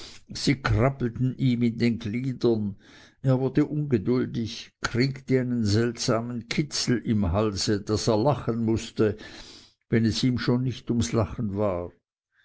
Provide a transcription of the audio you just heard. sie krabbelten ihm in den gliedern er wurde ungeduldig kriegte einen seltsamen kitzel im halse daß er lachen mußte wenn es ihm schon nicht ums lachen war